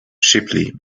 shipley